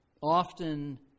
often